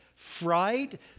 Fright